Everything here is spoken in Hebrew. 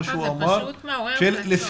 שהוא אמר,